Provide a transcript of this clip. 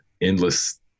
endless